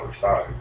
side